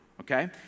okay